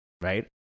right